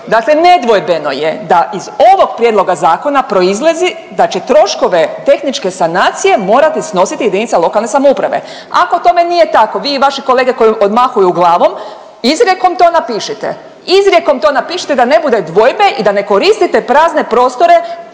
Dakle, nedvojbeno je da iz ovog prijedloga zakona proizlazi da će troškove tehničke sanacije morati snositi jedinica lokalne samouprave. Ako tome nije tako, vi i vaše kolege koje odmahuju glavom izrijekom to napišite, izrijekom to napišite da ne bude dvojbe i da ne koristite prazne prostore